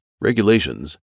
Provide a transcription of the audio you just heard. regulations